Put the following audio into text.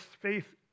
Faith